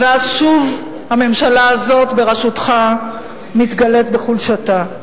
ואז שוב הממשלה הזאת בראשותך מתגלה בחולשתה.